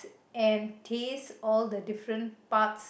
and taste all the different parts